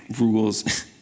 rules